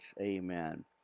Amen